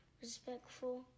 respectful